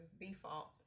default